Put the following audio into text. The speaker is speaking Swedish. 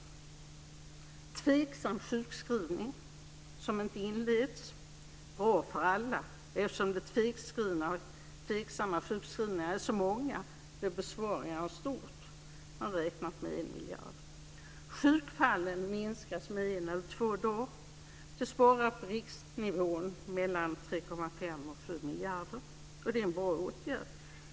En tveksam sjukskrivning som inte inleds är bra för alla. Eftersom de tveksamma sjukskrivningarna är så många blir besparingarna stora. Man har räknat med 1 miljard. Om sjukfallen minskas med en eller två dagar sparar man mellan 3,5 och 7 miljarder på riksnivå. Det är en bra åtgärd.